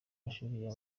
mashuri